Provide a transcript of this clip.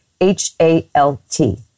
H-A-L-T